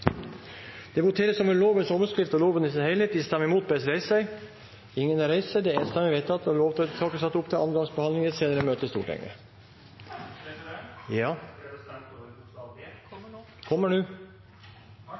Det voteres over lovens overskrift og loven i sin helhet. Senterpartiet og Venstre har varslet at de vil stemme imot. Lovvedtaket vil bli satt opp til annen gangs behandling i et senere møte i Stortinget.